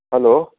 hello